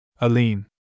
Aline